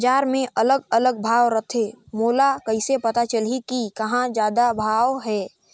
बजार मे अलग अलग भाव रथे, मोला कइसे पता चलही कि कहां जादा भाव हे?